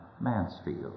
Mansfield